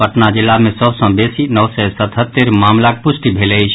पटना जिला मे सभ सॅ बेसी नओ सय सतहत्तरि मामिलाक पुष्टि भेल अछि